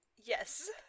Yes